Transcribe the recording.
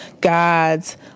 God's